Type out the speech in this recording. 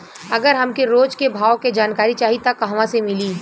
अगर हमके रोज के भाव के जानकारी चाही त कहवा से मिली?